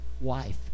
Wife